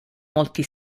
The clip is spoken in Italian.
molti